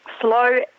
slow